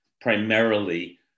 primarily